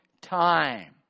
time